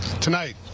tonight